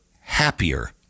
happier